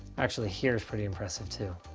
actually, here's pretty impressive too.